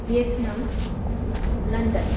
Vietnam London